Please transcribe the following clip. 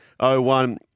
01